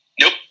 Nope